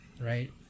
right